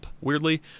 weirdly